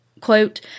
quote